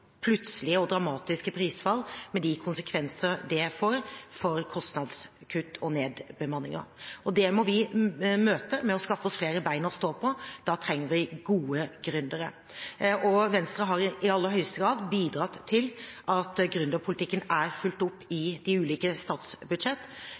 og dramatisk prisfall, med de konsekvenser det får for kostnadskutt og nedbemanninger. Det må vi møte med å skaffe oss flere bein å stå på. Da trenger vi gode gründere. Venstre har i aller høyeste grad bidratt til at gründerpolitikken er fulgt opp